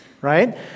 right